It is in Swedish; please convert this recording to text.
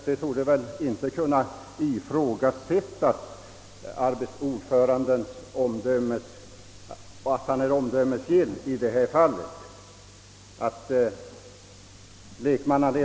Det torde inte heller kunna ifrågasättas annat än att arbetsdomstolens ordförande i detta fall är omdömesgill.